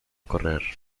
correr